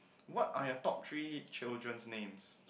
what are your top three children names